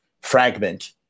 fragment